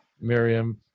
Miriam